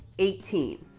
eighteen.